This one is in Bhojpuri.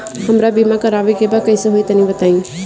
हमरा बीमा करावे के बा कइसे होई तनि बताईं?